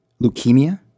leukemia